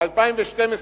כמה הכלל הפיסקלי החדש,